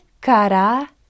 kara